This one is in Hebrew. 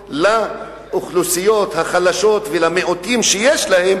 לאוכלוסיות החלשות ולמיעוטים שיש בה,